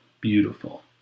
beautiful